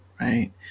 Right